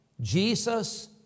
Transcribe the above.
Jesus